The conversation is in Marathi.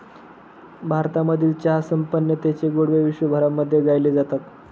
भारतामधील चहा संपन्नतेचे गोडवे विश्वभरामध्ये गायले जातात